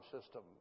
system